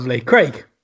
Craig